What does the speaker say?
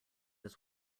his